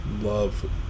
love